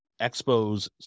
Expos